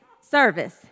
service